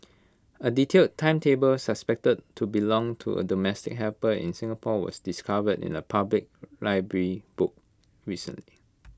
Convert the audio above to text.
A detailed timetable suspected to belong to A domestic helper in Singapore was discovered in A public library book recently